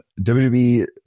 WWE